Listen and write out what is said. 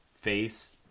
face